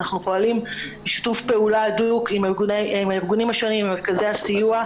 ואנחנו פועלים בשיתוף פעולה הדוק עם הארגונים השונים ועם מרכזי הסיוע.